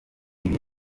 ibi